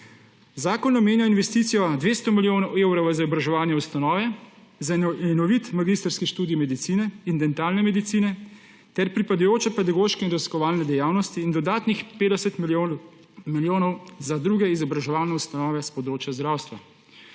Zakon namenja investicijo 200 milijonov evrov v izobraževalne ustanove, za enovit magistrski študij medicine in dentalne medicine ter pripadajočo pedagoško in raziskovalno dejavnost in dodatnih 50 milijonov za druge izobraževalne ustanove s področja zdravstva.